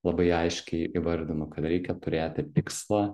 labai aiškiai įvardinu kad reikia turėti tikslą